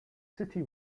city